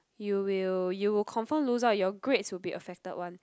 you will you will confirm lose out your grades will be affected one